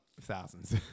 thousands